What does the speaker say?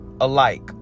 alike